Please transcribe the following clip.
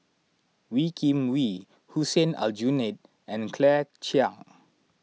Wee Kim Wee Hussein Aljunied and Claire Chiang